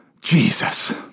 Jesus